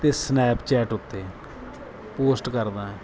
ਅਤੇ ਸਨੈਪਚੈਟ ਉੱਤੇ ਪੋਸਟ ਕਰਦਾ ਹੈ